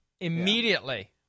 immediately